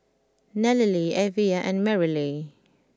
Nallely Evia and Merrily